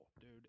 dude